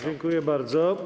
Dziękuję bardzo.